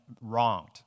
wronged